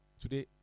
today